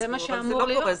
אבל זה לא קורה,